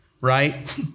right